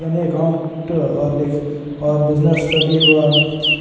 यानि एकाउंट और और बिजनेस स्टडी हुआ